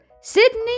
Sydney